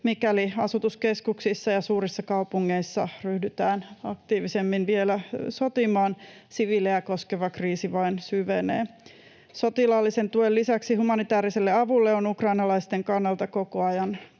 mikäli asutuskeskuksissa ja suurissa kaupungeissa ryhdytään aktiivisemmin vielä sotimaan, siviilejä koskeva kriisi vain syvenee. Sotilaallisen tuen lisäksi humanitääriselle avulle on ukrainalaisten kannalta koko ajan